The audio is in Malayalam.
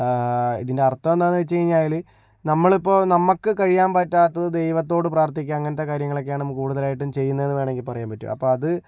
ഇതിൻ്റെ അർത്ഥം എന്താണെന്ന് വെച്ച് കഴിഞ്ഞാല് നമ്മളിപ്പോൾ നമ്മൾക്ക് കഴിയാൻ പറ്റാത്തത് ദൈവത്തോട് പ്രാർത്ഥിക്കുക അങ്ങനത്തെ കാര്യങ്ങളൊക്കെയാണ് നമ്മള് കൂടുതലായിട്ടും ചെയ്യുന്നതെന്ന് വെണമെങ്കിൽ പറയാൻ പറ്റും അപ്പോൾ അത്